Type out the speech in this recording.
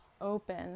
open